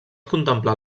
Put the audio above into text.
contemplar